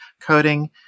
coding